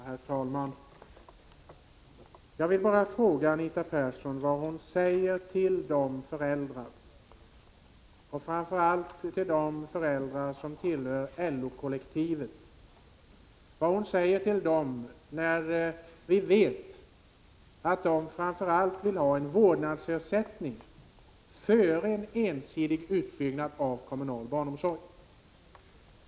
Herr talman! Jag vill bara fråga Anita Persson vad hon säger till föräldrarna — framför allt de föräldrar som tillhör LO-kollektivet — när vi vet att de föredrar en vårdnadsersättning framför en ensidig utbyggnad av kommunal barnomsorg.